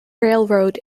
railroad